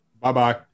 Bye-bye